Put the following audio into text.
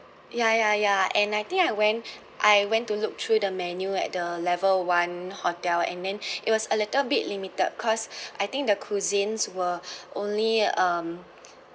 ya ya ya and I think I went I went to look through the menu at the level one hotel and then it was a little bit limited cause I think the cuisines were only um